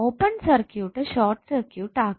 open circuit short circuit ആകാം